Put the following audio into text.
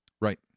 Right